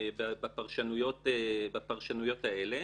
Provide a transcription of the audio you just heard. בפרשנויות האלה